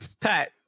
Pat